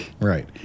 Right